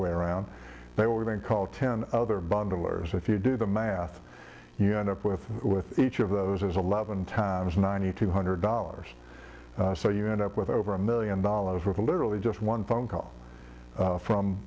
way around they were going to call ten other bundler is if you do the math you end up with with each of those as eleven times ninety two hundred dollars so you end up with over a million dollars with literally just one phone call from